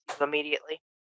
immediately